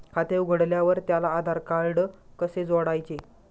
खाते उघडल्यावर त्याला आधारकार्ड कसे जोडायचे?